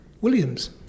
Williams